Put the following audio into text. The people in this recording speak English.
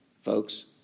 folks